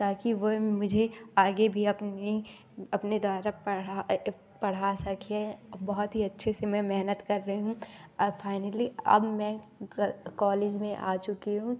ताकि वे मुझे आगे भी अपनी अपने द्वारा पढ़ा पढ़ा सकें बोहोत ही अच्छे से मैं मेहनत कर रही हूँ अब फाइनली अब मैं कॉलेज में आ चुकी हूँ